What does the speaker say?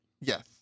yes